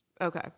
Okay